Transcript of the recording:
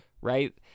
right